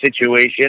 situation